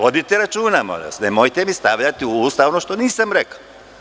Vodite računa, nemojte mi stavljati u usta ono što nisam rekao.